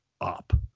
up